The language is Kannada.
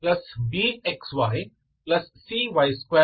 ax2bxycy20